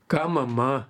ką mama